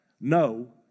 no